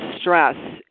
stress